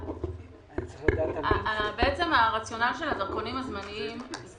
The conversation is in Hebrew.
הרציונל של הדרכונים הזמניים הוא,